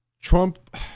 Trump